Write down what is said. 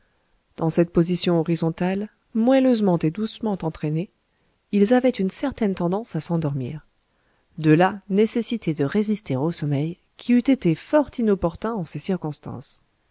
dans cette position horizontale moelleusement et doucement entraînés ils avaient une certaine tendance à s'endormir de là nécessité de résister au sommeil qui eût été fort inopportun en ces circonstances